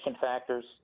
factors